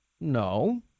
no